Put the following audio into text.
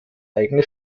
eigene